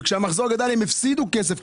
וכשהמחזור גדל הם הפסידו כסף,